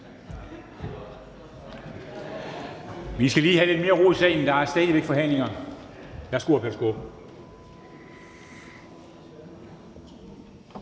vi skal lige have lidt mere ro i salen, der er stadig væk forhandlinger. Værsgo, hr.